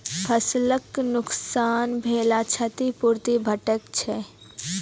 फसलक नुकसान भेलाक क्षतिपूर्ति भेटैत छै?